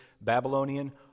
Babylonian